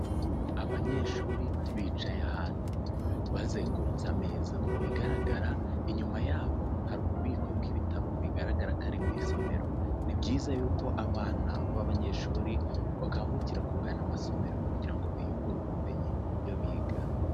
Abanyeshuri bicaye ahantu bazengurutse ameza, mu bigaragara inyuma yabo hari ububiko bw'ibitabo bigaragara ko ari mu isomero, ni byiza yuko abana b'abanyeshuri bakangukira kugana amasomero kugira ngo biyungure ubumenyi ku byo biga.